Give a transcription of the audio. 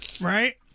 right